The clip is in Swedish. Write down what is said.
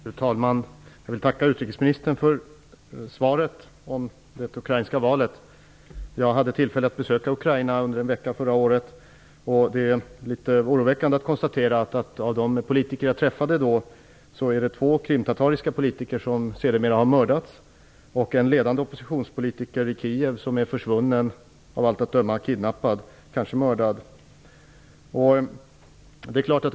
Fru talman! Jag vill tacka utrikesministern för svaret om det ukrainska valet. Jag hade tillfälle att besöka Ukraina under en vecka förra året. Det är litet oroväckande att konstatera att av de politiker jag då träffade har två krimtatariska politiker sedermera mördats, och en ledande oppositionspolitiker i Kiev är försvunnen. Han är av allt att döma kidnappad, kanske mördad.